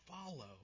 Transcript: follow